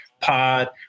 pod